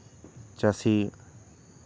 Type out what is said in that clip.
ᱪᱟᱹᱥᱤ